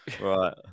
Right